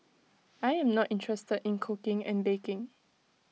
I am not interested in cooking and baking